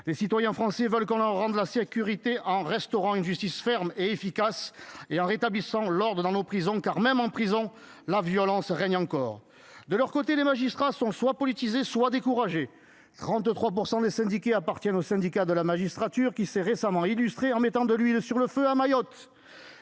Les citoyens français veulent qu'on leur rende la sécurité, en restaurant une justice ferme et efficace et en rétablissant l'ordre dans nos prisons, car, même en prison, la violence règne encore. De leur côté, les magistrats sont soit politisés, soit découragés. Parmi les syndiqués, 33 % appartiennent au syndicat de la magistrature, qui s'est récemment illustré en mettant de l'huile sur le feu à Mayotte.